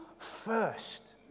First